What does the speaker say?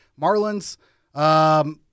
Marlins